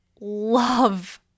love